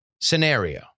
scenario